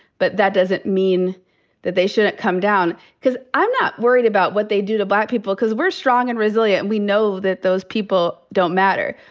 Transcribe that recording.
but that doesn't mean that they shouldn't come down. cause i'm not worried about what they do to black people cause we're strong and resilient. we know that those people don't matter.